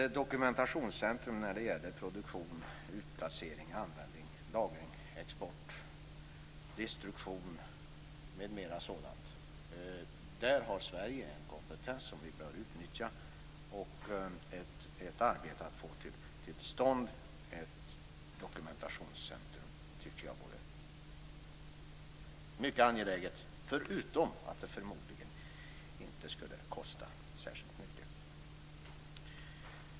Sverige har kompetens som bör utnyttjas för att få till stånd ett dokumentationscentrum för produktion, utplacering, användning, lagring, export, destruktion m.m. Det är mycket angeläget, och det skulle förmodligen inte kosta särskilt mycket.